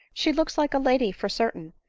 she looks like a lady for certain,